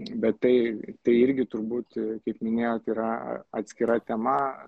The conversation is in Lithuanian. bet tai irgi turbūt kaip minėjot yra atskira tema